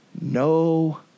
no